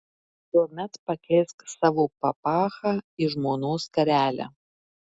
tuomet pakeisk savo papachą į žmonos skarelę